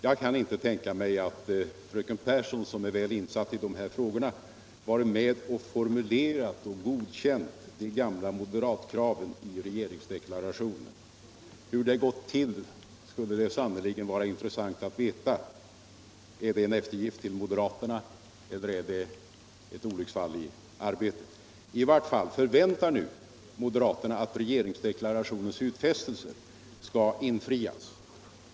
Jag kan inte tänka mig att fröken Pehrsson, som är väl insatt i de här frågorna, varit med och formulerat och godkänt de gamla moderatkraven i regeringsdeklarationen. Hur det gått till skulle det sannerligen vara intressant att veta. Är det en eftergift till moderaterna, eller är det ett olycksfall i arbetet” I vart fall förväntar nu moderaterna att regeringsdeklarationens utfästelser skall infrias.